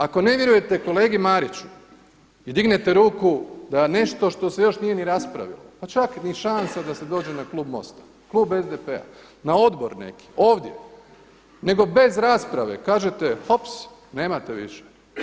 Ako ne vjerujete kolegi Mariću i dignete ruku da nešto što se još nije ni raspravilo pa čak ni šansa da se dođe na klub MOST-a, klub SDP-a, na odbor neki, ovdje nego bez rasprave kažete hops, nemate više.